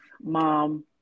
mom